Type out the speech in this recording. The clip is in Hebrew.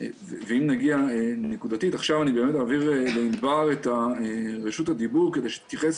אני אעביר לענבר את רשות הדיבור כדי שתתייחס